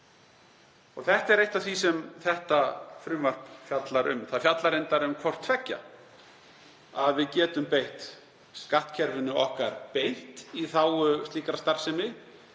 Og þetta er eitt af því sem þetta frumvarp fjallar um. Það fjallar reyndar um hvort tveggja, að við getum beitt skattkerfinu okkar beint í þágu slíkrar starfsemi